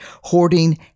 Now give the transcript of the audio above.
hoarding